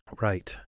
right